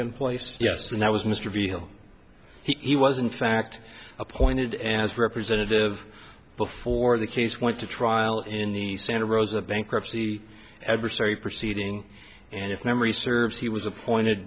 in place yes and that was mr b he was in fact appointed as representative before the case went to trial in the santa rosa bankruptcy adversary proceeding and if memory serves he was appointed